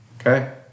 Okay